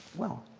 well,